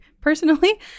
personally